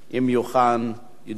אם יהיו כאן הם ידברו,